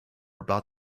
about